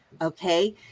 okay